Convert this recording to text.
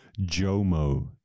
JOMO